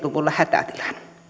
luvulla hätätilan